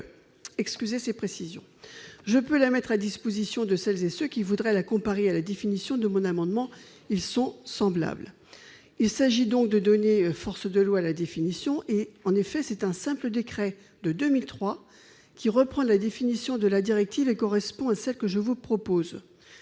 Excusez ces précisions ... Je peux la mettre à la disposition de celles et ceux qui voudraient la comparer à la définition de mon amendement. Elles sont semblables ! Il s'agit donc de donner force de loi à cette définition. En effet, un simple décret de 2003 reprend la définition de la directive qui correspond à celle que je vous propose.